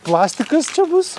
plastikas čia bus